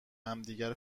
همدیگر